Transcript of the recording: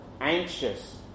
anxious